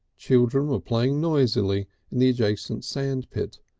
children were playing noisily in the adjacent sandpit,